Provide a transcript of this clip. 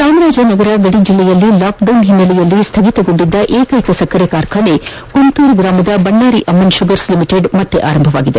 ಚಾಮರಾಜನಗರ ಗಡಿ ಜಿಲ್ಲೆಯಲ್ಲಿ ಲಾಕ್ಡೌನ್ ಹಿನ್ನೆಲೆಯಲ್ಲಿ ಸ್ನಗಿತಗೊಂಡಿದ್ದ ಏಕ್ಕೆಕ ಸಕ್ಕರೆ ಕಾರ್ಖಾನೆ ಕುಂತೂರು ಗ್ರಾಮದ ಬಣ್ಣಾರಿ ಅಮ್ಮನ್ ಶುಗರ್ಸ್ ಲಿಮಿಟೆಡ್ ಪುನರಾರಂಭವಾಗಿದೆ